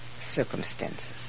circumstances